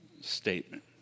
statement